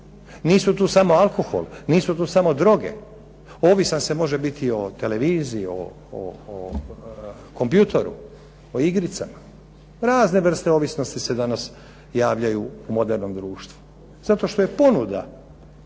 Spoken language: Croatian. Nisu tu samo alkohol, nisu tu samo droge. Ovisan se može biti i o televiziji, o kompjutoru, o igricama. Razne vrste ovisnosti se danas javljaju u modernom društvu. Zato što je ponuda